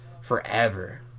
forever